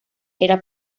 era